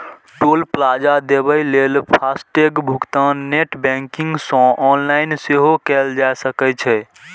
टोल plaza देबय लेल FASTag भुगतान नेट बैंकिंग सं ऑनलाइन सेहो कैल जा सकै छै